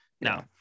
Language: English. No